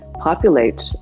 populate